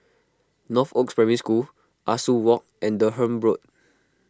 Northoaks Primary School Ah Soo Walk and Durham Road